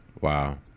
Wow